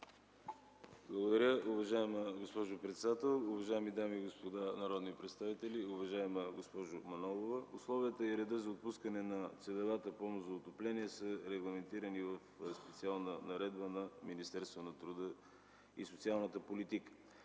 Благодаря, уважаема госпожо председател. Уважаеми дами и господа народни представители! Уважаема госпожо Манолова, условията и редът за отпускане на целевата помощ за отопление са регламентирани в специална наредба на Министерството на труда и социалната политика.